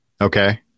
Okay